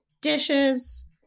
dishes